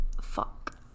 fuck